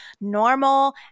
normal